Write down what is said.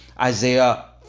Isaiah